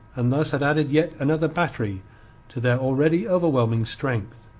and thus had added yet another battery to their already overwhelming strength.